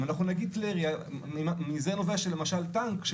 אם אנחנו נגיד כלי ירייה מזה נובע שלמשל טנק,